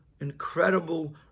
incredible